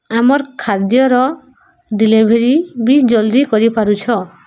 ଆମର୍ ଖାଦ୍ୟର ଡେଲିଭରି ବି ଜଲ୍ଦି କରିପାରୁଛ